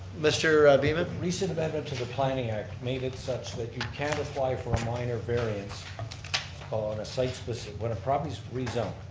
mr. beaman. recent amendments to the planning act made it such that you can't apply for a minor variance on a site-specific when a property's rezoned,